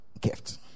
gift